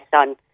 on